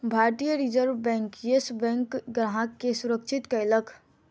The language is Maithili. भारतीय रिज़र्व बैंक, येस बैंकक ग्राहक के सुरक्षित कयलक